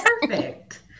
Perfect